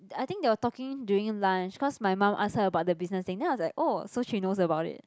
I think they were talking during lunch cause my mom ask her about the business thing then I was like oh so she knows about it